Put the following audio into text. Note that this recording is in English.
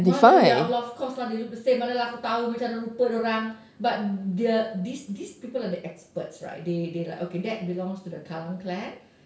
mana ya !alah! of course lah they look the same mana lah aku tahu macam mana rupa dia orang but they are these these people are the experts right they they like okay that belongs to the kallang clan